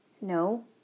No